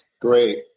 Great